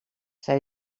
zij